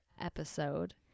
episode